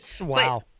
wow